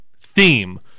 theme